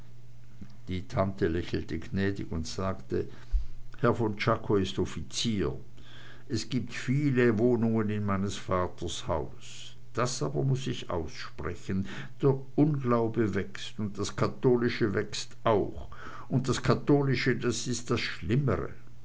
die tante lächelte gnädig und sagte herr von czako ist offizier es gibt viele wohnungen in meines vaters hause das aber muß ich aussprechen der unglaube wächst und das katholische wächst auch und das katholische das ist das schlimmere